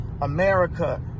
America